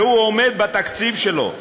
והוא עומד בתקציב שלו,